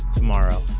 Tomorrow